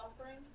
offering